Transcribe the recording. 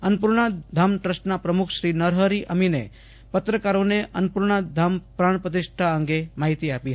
અન્નપૂર્ણા ધામ ટ્રસ્ટના પ્રમુખ શ્રી નરહરિ અમીને પત્રકારોને અન્નપૂર્ણા ધામ પ્રાણપ્રતિષ્ઠા અંગે માહિતી આપી હતી